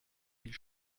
viel